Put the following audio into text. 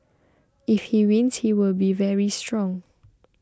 if he wins he will be very strong